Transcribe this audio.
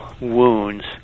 wounds